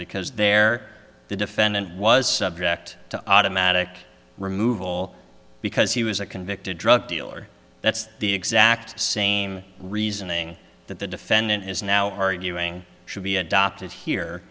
because they're the defendant was subject to automatic removal because he was a convicted drug dealer that's the exact same reasoning that the defendant is now arguing should be adopted here